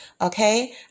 okay